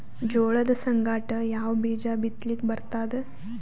ಜೋಳದ ಸಂಗಾಟ ಯಾವ ಬೀಜಾ ಬಿತಲಿಕ್ಕ ಬರ್ತಾದ?